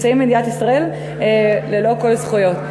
נמצאים במדינת ישראל ללא כל זכויות.